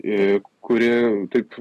į kuri taip